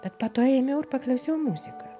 bet po to ėmiau ir paklausiau muziką